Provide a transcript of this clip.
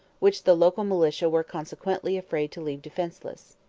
which the local militia were consequently afraid to leave defenceless.